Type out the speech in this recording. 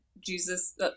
Jesus